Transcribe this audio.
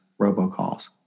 robocalls